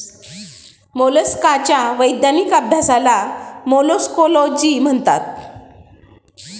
मोलस्काच्या वैज्ञानिक अभ्यासाला मोलॅस्कोलॉजी म्हणतात